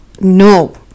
no